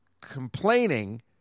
complaining